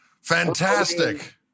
fantastic